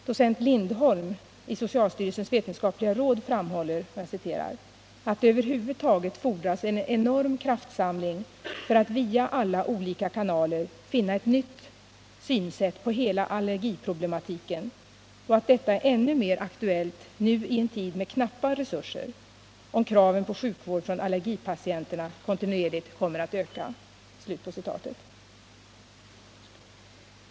Docent Lindholm i socialstyrelsens vetenskapliga råd framhåller, ”att det över huvud taget fordras en enorm kraftsamling för att via alla olika kanaler finna ett nytt synsätt på hela allergiproblematiken och att detta är ännu mer aktuellt nu i en tid med knappa resurser, om kraven på sjukvård från allergipatienterna kontinuerligt kommer att öka”.